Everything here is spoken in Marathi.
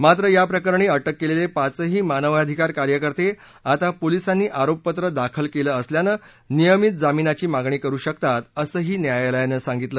मात्र या प्रकरणी अटक केलेले पाचही मानवाधिकार कार्यकर्ते आता पोलिसांनी आरोपपत्र दाखल केलं असल्यानं नियमित जामिनाची मागणी करू शकतात असंही न्यायालयानं सांगितलं